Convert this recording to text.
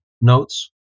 notes